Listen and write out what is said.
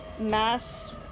Mass